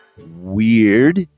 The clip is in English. Weird